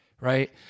right